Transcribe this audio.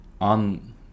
on